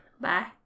Bye